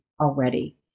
already